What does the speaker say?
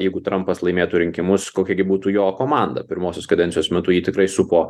jeigu trampas laimėtų rinkimus kokia gi būtų jo komanda pirmosios kadencijos metu jį tikrai supo